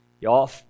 Y'all